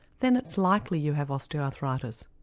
then it's likely you have osteoarthritis.